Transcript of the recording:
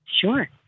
Sure